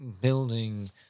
building